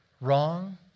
wrong